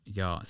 ja